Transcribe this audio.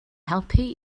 helpu